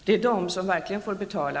Det är de som verkligen får betala